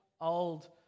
old